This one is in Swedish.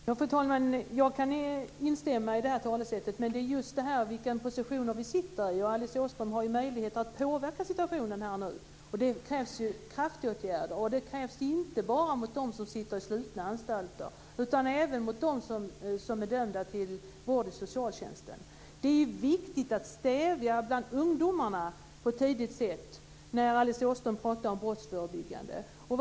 Fru talman! Jag kan instämma vad gäller det sättet att tala men det handlar just om vilka positioner vi har. Alice Åström har ju här möjlighet att påverka situationen. Det krävs kraftåtgärder, inte bara gentemot dem som sitter på slutna anstalter utan även gentemot dem som är dömda till vård inom socialtjänsten. Det är viktigt att tidigt stävja brott bland ungdomar. Alice Åström talar ju om brottsförebyggande åtgärder.